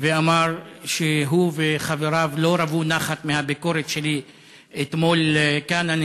ואמר שהוא וחבריו לא רוו נחת מהביקורת שלי אתמול כאן,